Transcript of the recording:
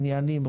עניינים,